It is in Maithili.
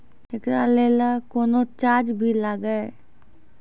एकरा लेल कुनो चार्ज भी लागैये?